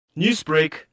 Newsbreak